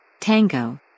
Tango